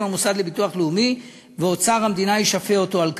המוסד לביטוח לאומי ואוצר המדינה ישפה אותו על כך.